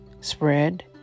spread